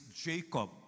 Jacob